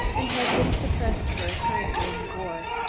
and had been suppressed for a time, during the war.